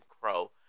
Crow